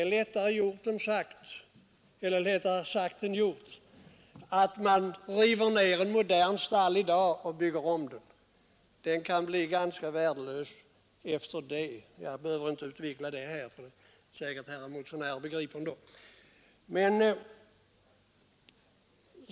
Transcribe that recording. Det är lättare sagt än gjort att riva ned ett modernt stall och bygga om det. Jag behöver inte utveckla detta, eftersom jag är säker på att herrar motionärer begriper det ändå.